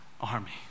army